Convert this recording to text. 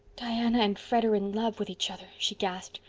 diana and fred are in love with each other, she gasped.